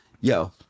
yo